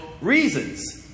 reasons